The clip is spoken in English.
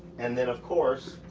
and then of course,